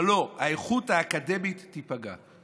אבל לא, האיכות האקדמית תיפגע.